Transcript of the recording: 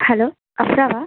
hello அஃப்ராவா